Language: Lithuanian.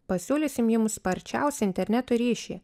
pasiūlysim jums sparčiausią interneto ryšį